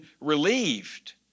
relieved